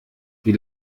wie